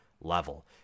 level